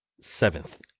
seventh